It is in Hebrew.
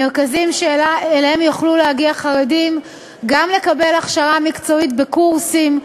מרכזים שאליהם יוכלו להגיע חרדים גם לקבל הכשרה מקצועית בקורסים,